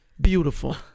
beautiful